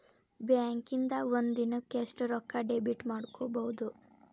ಬ್ಯಾಂಕಿಂದಾ ಒಂದಿನಕ್ಕ ಎಷ್ಟ್ ರೊಕ್ಕಾ ಡೆಬಿಟ್ ಮಾಡ್ಕೊಬಹುದು?